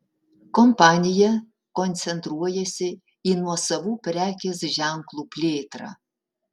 kompanija koncentruojasi į nuosavų prekės ženklų plėtrą